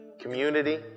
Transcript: community